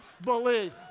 believe